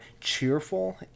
cheerful